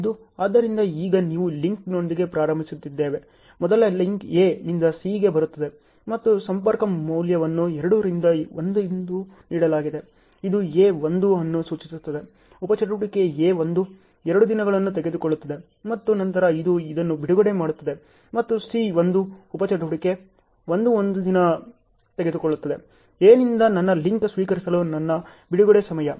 ಆದ್ದರಿಂದ ಈಗ ನಾವು ಲಿಂಕ್ಗಳೊಂದಿಗೆ ಪ್ರಾರಂಭಿಸುತ್ತಿದ್ದೇವೆ ಮೊದಲ ಲಿಂಕ್ A ನಿಂದ C ಗೆ ಬರುತ್ತಿದೆ ಮತ್ತು ಸಂಪರ್ಕ ಮೌಲ್ಯವನ್ನು 2 ರಿಂದ 1 ಎಂದು ನೀಡಲಾಗಿದೆ ಇದು A 1 ಅನ್ನು ಸೂಚಿಸುತ್ತದೆ ಉಪ ಚಟುವಟಿಕೆ A1 2ದಿನಗಳನ್ನು ತೆಗೆದುಕೊಳ್ಳುತ್ತದೆ ಮತ್ತು ನಂತರ ಇದು ಇದನ್ನು ಬಿಡುಗಡೆ ಮಾಡುತ್ತಿದೆ ಮತ್ತು C 1 ಉಪ ಚಟುವಟಿಕೆ 1 ದಿನ ತೆಗೆದುಕೊಳ್ಳುತ್ತದೆ A ನಿಂದ ನನ್ನ ಲಿಂಕ್ ಸ್ವೀಕರಿಸಲು ನನ್ನ ಬಿಡುಗಡೆ ಸಮಯ